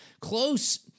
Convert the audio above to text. close